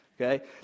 Okay